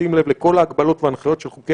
בשים לב לכל ההגבלות וההנחיות של חוקי